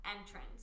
Entrance